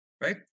Right